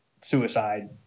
suicide